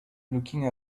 looking